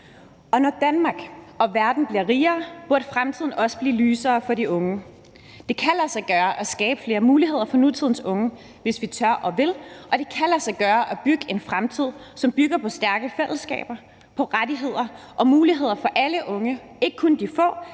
når Danmark og verden bliver rigere, burde fremtiden også blive lysere for de unge. Det kan lade sig gøre at skabe flere muligheder for nutidens unge, hvis vi tør og vil, og det kan lade sig gøre at bygge en fremtid, som bygger på stærke fællesskaber, på rettigheder og muligheder for alle unge, ikke kun de få,